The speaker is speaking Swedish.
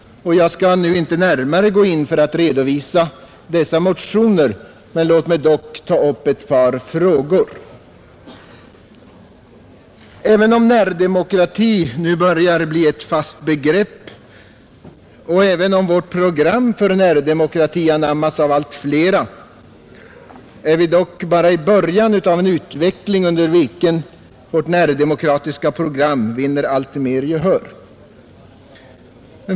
Jag skall inte nu närmare gå in för att redovisa dessa motioner men låt mig dock ta upp ett par frågor. Även om närdemokrati nu börjar bli ett fast begrepp och även om vårt program för närdemokrati anammas av allt flera är vi dock bara i början av en utveckling, under vilken vårt närdemokratiska program vinner allt mer gehör.